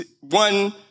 one